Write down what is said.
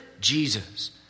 Jesus